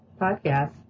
podcast